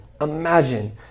Imagine